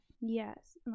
yes